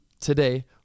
today